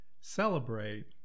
celebrate